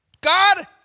God